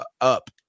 up